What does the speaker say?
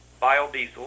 biodiesel